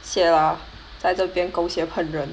谢 lah 在这边狗血喷人